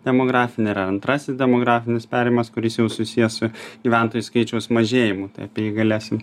demografinį ir antrasis demografinis perėjimas kuris jau susijęs su gyventojų skaičiaus mažėjimu tai apie jį galėsim